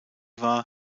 war